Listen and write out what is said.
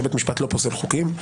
שבית משפט לא פוסל חוקים.